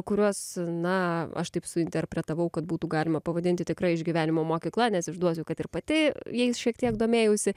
kuriuos na aš taip su interpretavau kad būtų galima pavadinti tikra išgyvenimo mokykla nes išduosiu kad ir pati jais šiek tiek domėjausi